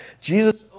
Jesus